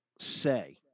say